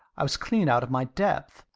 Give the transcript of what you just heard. i was clean out of my depth.